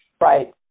Right